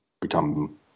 Become